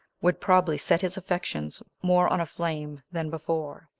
would probably set his affections more on a flame than before.